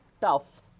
tough